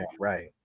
Right